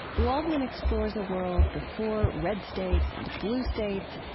waldman explores a world before red states and blue states.